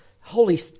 Holy